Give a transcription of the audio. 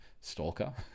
stalker